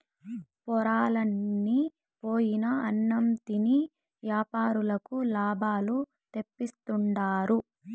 పొరలన్ని పోయిన అన్నం తిని యాపారులకు లాభాలు తెప్పిస్తుండారు